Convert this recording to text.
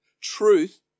Truth